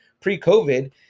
pre-COVID